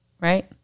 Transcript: right